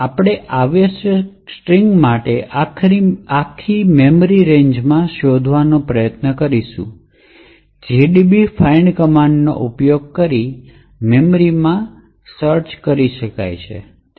આપણે આવશ્યક સ્ટ્રિંગ માટે આ આખી મેમરી રેન્જમાં શોધવાનો પ્રયત્ન કરીશું GDB ફાઇન્ડ કમાન્ડનો ઉપયોગ કરીને મેમરીમાં સર્ચને ટેકો આપે છે